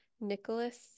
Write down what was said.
Nicholas